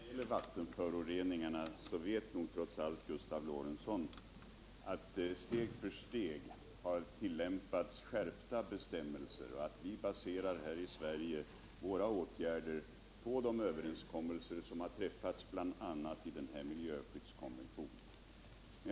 Herr talman! När det gäller vattenföroreningarna vet nog trots allt Gustav Lorentzon att skärpta bestämmelser har tillämpats steg för steg och att vi här i Sverige baserar våra åtgärder på de överenskommelser som har träffats bl.a. i denna miljöskyddskonvention.